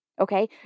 Okay